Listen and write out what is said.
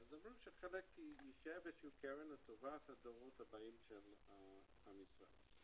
אז אומרים שחלק ישב בקרן לטובת הדורות הבאים של עם ישראל.